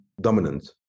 dominant